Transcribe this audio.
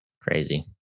Crazy